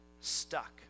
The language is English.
stuck